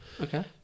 Okay